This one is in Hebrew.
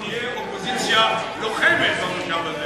שהיא תהיה אופוזיציה לוחמת במושב הזה.